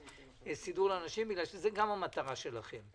זו גם המטרה שלכם,